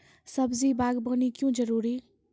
सब्जी बागवानी क्यो जरूरी?